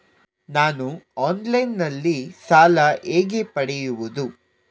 ನಾನು ಆನ್ಲೈನ್ನಲ್ಲಿ ಸಾಲ ಹೇಗೆ ಪಡೆಯುವುದು?